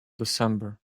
december